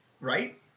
Right